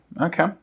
Okay